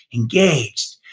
engaged.